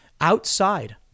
Outside